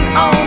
on